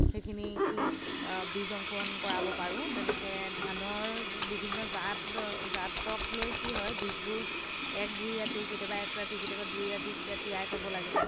সেইখিনি কি বীজ অংকুৰণ কৰাব পাৰোঁ তেনেকে ধানৰ বিভিন্ন জাত জাতক লৈ কি হয় বীজবোৰ এক দুই ৰাতি কেতিয়াবা এক ৰাতি কেতিয়াবা দুই ৰাতি তেতিয়া তিয়াই থ'ব লাগে